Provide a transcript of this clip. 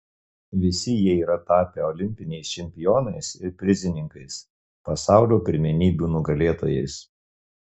visi jie yra tapę olimpiniais čempionais ir prizininkais pasaulio pirmenybių nugalėtojais